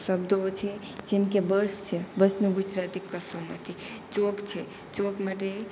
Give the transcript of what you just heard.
શબ્દો છે જેમકે બસ છે બસનું ગુજરાતી કશું નથી ચોક છે ચોક માટે